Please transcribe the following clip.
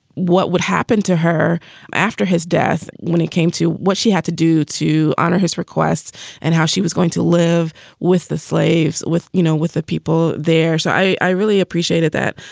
what would have. to her after his death, when it came to what she had to do to honor his request and how she was going to live with the slaves, with, you know, with the people there. so i really appreciated that.